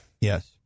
Yes